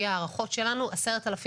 10,000